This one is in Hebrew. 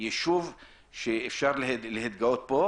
ישוב שאפשר להתגאות בו,